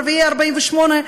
ערביי 48',